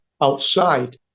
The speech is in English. outside